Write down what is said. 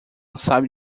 sabe